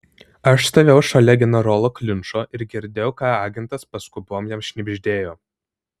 aš stovėjau šalia generolo klinčo ir girdėjau ką agentas paskubom jam šnibždėjo